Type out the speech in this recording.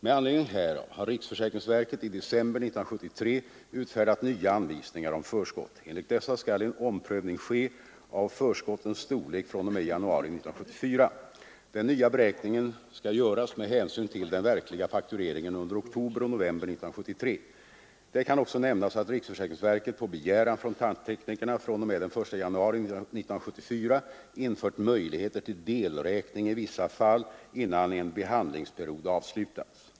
Med anledning härav har riksförsäkringsverket i december 1973 utfärdat nya anvisningar om förskott. Enligt dessa skall en omprövning ske av förskottens storlek fr.o.m. januari 1974. Den nya beräkningen skall göras med hänsyn till den verkliga faktureringen under oktober och november månader 1973. Det kan också nämnas att riksförsäkringsverket på begäran från tandteknikerna fr.o.m. den 1 januari 1974 infört möjligheter till delräkning i vissa fall innan en behandlingsperiod avslutats.